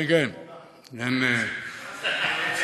לדעתי אם הוא היה פה לבד הוא היה מתווכח גם עם עצמו.